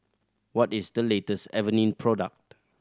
what is the latest Avene product